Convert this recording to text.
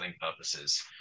purposes